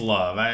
Love